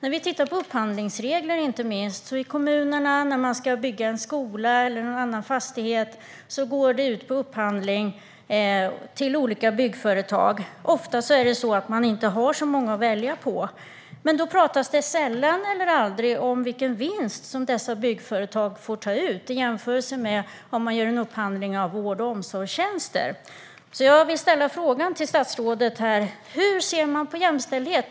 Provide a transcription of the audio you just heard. Vi kan titta på upphandlingsregler, inte minst: När kommunerna ska bygga en skola eller annan fastighet går det ut på upphandling till olika byggföretag - ofta har man inte så många att välja på - men det pratas sällan eller aldrig om vilken vinst dessa byggföretag får ta ut. Detta kan då jämföras med om man gör en upphandling av vård och omsorgstjänster. Jag vill därför ställa frågan till statsrådet: Hur ser man på jämställdhet?